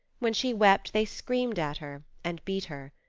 when she wept they screamed at her and beat her.